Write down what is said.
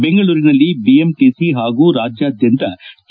ಬೆಂಗಳೂರಿನಲ್ಲಿ ಬಿಎಂಟಿಸಿ ಹಾಗೂ ರಾಜ್ಯಾದ್ಯಂತ ಕೆ